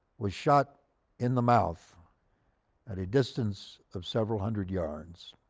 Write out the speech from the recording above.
was shot in the mouth at a distance of several hundred yards.